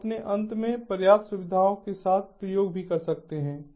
आप अपने अंत में पर्याप्त सुविधाओं के साथ प्रयोग भी कर सकते हैं